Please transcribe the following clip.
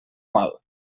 mal